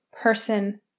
person